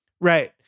Right